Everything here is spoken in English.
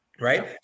Right